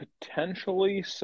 potentially